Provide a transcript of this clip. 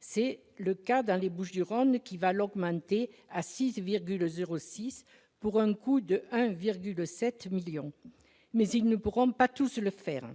C'est le cas dans les Bouches-du-Rhône, qui va l'augmenter à 6,06, pour un coût de 1,7 million d'euros, mais tous ne pourront pas le faire.